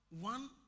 one